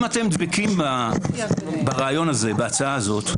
אם אתם דבקים בהצעה הזו,